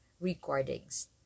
recordings